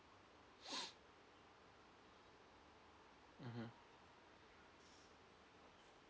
mmhmm